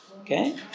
Okay